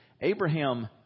Abraham